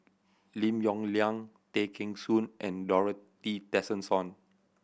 Lim Yong Liang Tay Kheng Soon and Dorothy Tessensohn